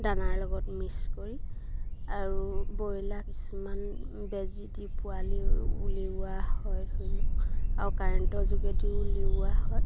দানাৰ লগত মিক্স কৰি আৰু ব্ৰইলাৰ কিছুমান বেজী দি পোৱালি উলিওৱা হয় ধৰি লওক আৰু কাৰেণ্টৰ যোগেদি উলিওৱা হয়